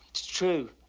it's true.